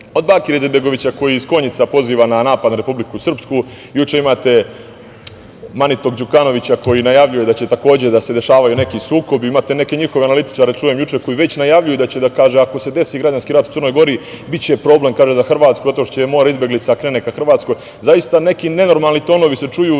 od Bakira Izetbegovića koji iz Konjica poziva na napade na Republiku Srpsku. Juče imate manitog Đukanovića koji najavljuje da će, takođe, da se dešavaju neki sukobi. Imate neke njihove analitičare, čujem, koji već najavljuju da će, ako se desi građanski rat u Crnoj Gori, biti problem za Hrvatsku zato što će more izbeglica da krene ka Hrvatskoj. Zaista se neki nenormalni tonovi čuju